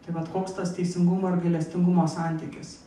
tai vat koks tas teisingumo ir gailestingumo santykis